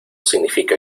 significa